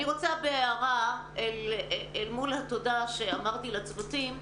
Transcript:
אני רוצה הערה אל מול התודה שאמרתי לצוותים.